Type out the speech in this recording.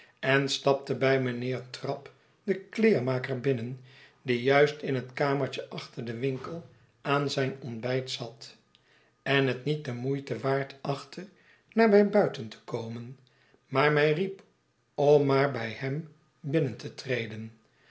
en stapte bij mijnheer trabb den kleermaker binnen die juist in het kamertje achter den winkel aan zijn ontbijt zat en het niet de moeite waard achtte naar mij buiten te komen maar mij riep om maar bij hem binnen te treden